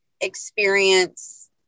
experience